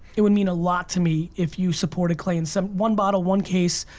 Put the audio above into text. it would mean a lot to me if you supported clay in some, one bottle, one case.